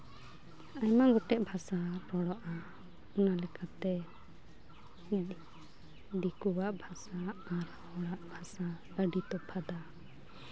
ᱟᱭᱢᱟ ᱜᱚᱴᱮᱡ ᱵᱷᱟᱥᱟ ᱨᱚᱲᱚᱜᱼᱟ ᱚᱱᱟ ᱞᱮᱠᱟᱛᱮ ᱫᱤᱠᱩᱣᱟᱜ ᱵᱷᱟᱥᱟ ᱟᱨ ᱟᱵᱚᱣᱟᱜ ᱵᱷᱟᱥᱟ ᱟᱹᱰᱤ ᱛᱚᱯᱷᱟᱛᱟ